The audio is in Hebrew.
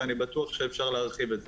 ואני בטוח שאפשר להרחיב את זה.